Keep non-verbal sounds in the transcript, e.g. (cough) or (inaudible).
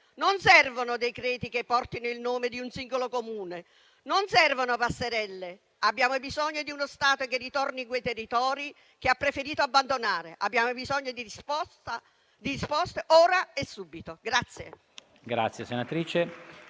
Non servono decreti che portino il nome di un singolo Comune, non servono passerelle; abbiamo bisogno di uno Stato che ritorni nei territori che ha preferito abbandonare. Abbiamo bisogno di risposte ora e subito. (applause)